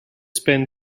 spend